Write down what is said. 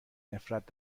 نفرت